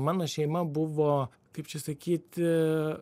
mano šeima buvo kaip čia sakyti